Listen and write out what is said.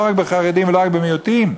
לא רק בחרדים ובמיעוטים.